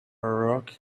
rock